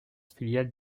filiale